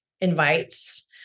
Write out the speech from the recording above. invites